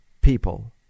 people